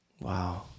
Wow